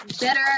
better